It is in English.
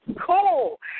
cool